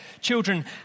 children